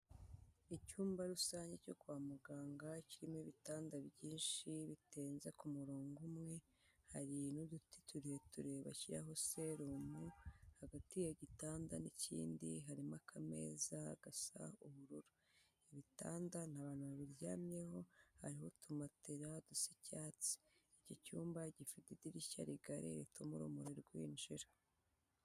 Icyumba rusange cyo kwa muganga kirimo ibitanda byinshi bitenze k'umurongo umwe hari n'uduti tureture bashyiraho serumu hagati yagitanda n'ikindi harimo akameza gasa ubururu, ibitanda nt'abantu babiryamyeho, hariho utumatera dusa icyatsi. Iki cyumba gifite idirishya rigari rituma urumuri rwinjira.